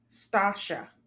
Stasha